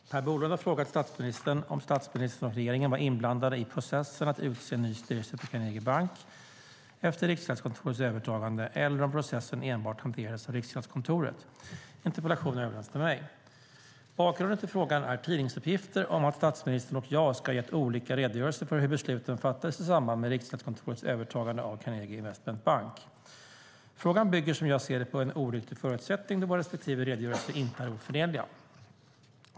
Fru talman! Per Bolund har frågat statsministern om statsministern och regeringen var inblandade i processen att utse ny styrelse för Carnegie bank efter Riksgäldskontorets övertagande eller om processen hanterades enbart av Riksgäldskontoret. Interpellationen har överlämnats till mig. Bakgrunden till frågan är tidningsuppgifter om att statsministern och jag ska ha gett olika redogörelser för hur besluten fattades i samband med Riksgäldskontorets övertagande av Carnegie Investment Bank. Frågan bygger, som jag ser det, på en oriktig förutsättning, då våra respektive redogörelser inte är oförenliga.